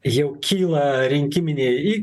jau kyla rinkiminė į